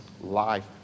life